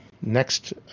next